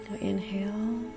inhale